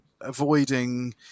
avoiding